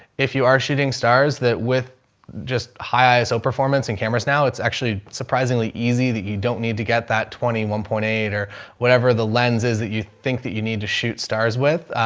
if you are shooting stars, that with just high iso performance and cameras now it's actually surprisingly easy that you don't need to get that twenty one point eight or whatever the lens is that you think that you need to shoot stars with.